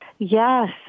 Yes